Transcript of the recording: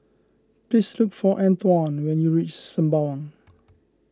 please look for Antwon when you reach Sembawang